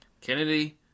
Kennedy